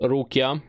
Rukia